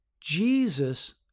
Jesus